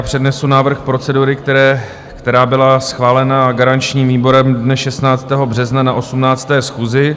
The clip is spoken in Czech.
Přednesu návrh procedury, která byla schválena garančním výborem dne 16. března na 18. schůzi.